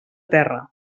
terra